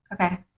Okay